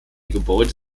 gebäude